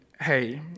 hey